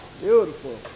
Beautiful